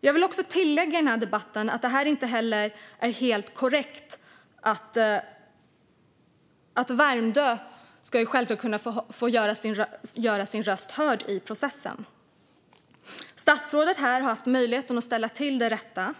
Jag vill också tillägga i den här debatten att detta inte heller är helt korrekt skött i och med att Värmdöborna inte ens har fått göra sina röster hörda i processen. Statsrådet har här haft möjligheten att ställa detta till rätta.